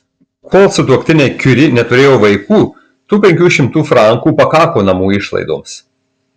kol sutuoktiniai kiuri neturėjo vaikų tų penkių šimtų frankų pakako namų išlaidoms